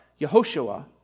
Yehoshua